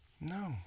No